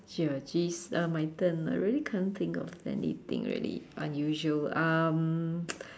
ya geez uh my turn I really can't think of anything really unusual um